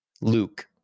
Luke